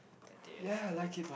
that day I study